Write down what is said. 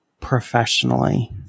professionally